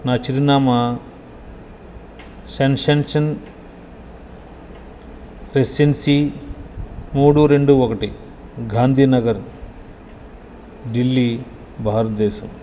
నా చిరునామా Sunshine Residency మూడు రెండు ఒకటి గాంధీ నగర్ ఢిల్లీ భారతదేశం